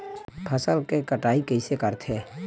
फसल के कटाई कइसे करथे?